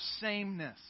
sameness